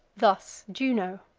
thus juno.